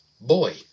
boy